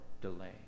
delay